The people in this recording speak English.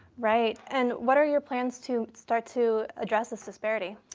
right. and what are your plans to start to address this disparity?